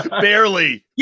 barely